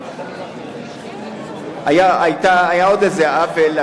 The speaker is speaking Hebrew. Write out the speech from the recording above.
היה עוד איזה עוול,